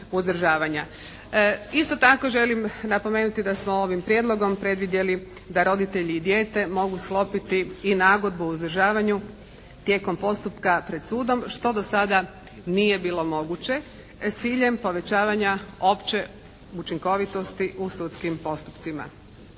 uzdržavanja. Isto tako želim napomenuti da smo ovim prijedlogom predvidjeli da roditelji i dijete mogu sklopiti i nagodbu o uzdržavanju tijekom postupka pred sudom što do sada nije bilo moguće s ciljem povećavanja opće učinkovitosti u sudskim postupcima.